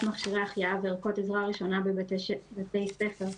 מכשירי החייאה וערכות עזרה ראשונה בבתי ספר,